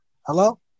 Hello